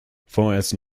vorerst